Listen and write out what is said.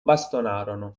bastonarono